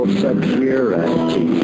security